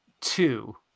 two